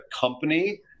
company